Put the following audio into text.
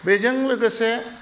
बेजों लोगोसे